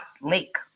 lake